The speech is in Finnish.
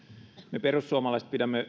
me perussuomalaiset pidämme